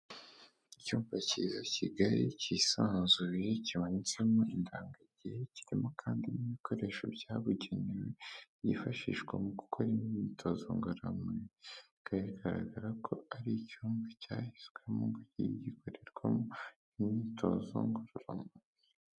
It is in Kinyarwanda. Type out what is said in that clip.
Icyumba cyiza kigari cyisanzuye, kimanitsemo indangagihe, kirimo kandi n'ibikoresho byabugenewe byifashishwa mu gukora imyitozo ngororamubiri, bikaba bigaragara ko ari icyumba cyahiswemo gikorerwamo imyitozo ngororamubiri.